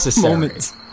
moment